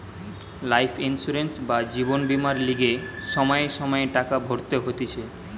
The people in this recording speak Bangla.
লাইফ ইন্সুরেন্স বা জীবন বীমার লিগে সময়ে সময়ে টাকা ভরতে হতিছে